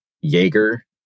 Jaeger